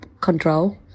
control